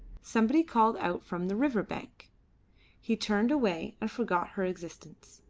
somebody called out from the river bank he turned away and forgot her existence.